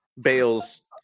bale's